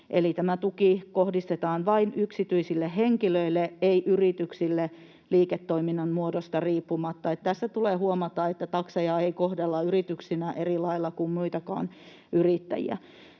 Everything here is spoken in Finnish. tämä tuki kohdistetaan vain yksityisille henkilöille, ei yrityksille — liiketoiminnan muodosta riippumatta — niin että tässä tulee huomata, että takseja ei kohdella yrityksinä eri lailla kuin muitakaan yrittäjiä.